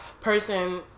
person